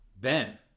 Ben